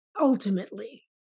ultimately